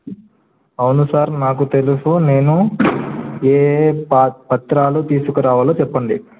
అవును సార్ నాకు తెలుసు నేను ఏ ఏ పత్రాలు తీసుకురావాలో చెప్పండి